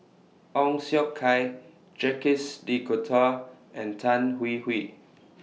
Ong Siong Kai Jacques De Coutre and Tan Hwee Hwee